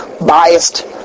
biased